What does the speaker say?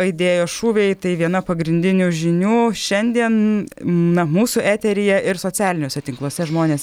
aidėjo šūviai tai viena pagrindinių žinių šiandien na mūsų eteryje ir socialiniuose tinkluose žmonės